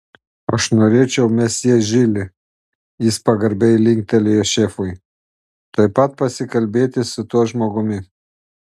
aš norėčiau mesjė žili jis pagarbiai linktelėjo šefui tuoj pat pasikalbėti su tuo žmogumi